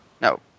No